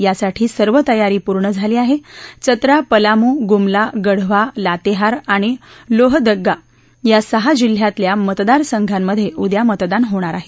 यासाठी सर्व तयारी पूर्ण झाली आहे चतरा पलामू गुमला गढ़वा लातेहार आणि लोहरदग्गा या सहा जिल्ह्यातल्या मतदारसंघामध्ये उद्या मतदान होणार आहे